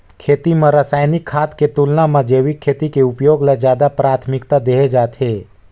खेती म रसायनिक खाद के तुलना म जैविक खेती के उपयोग ल ज्यादा प्राथमिकता देहे जाथे